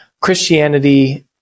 christianity